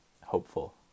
hopeful